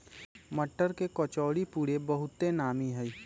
मट्टर के कचौरीपूरी बहुते नामि हइ